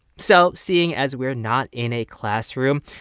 so seeing as we're not in a classroom,